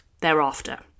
thereafter